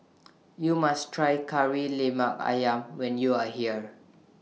YOU must Try Kari Lemak Ayam when YOU Are here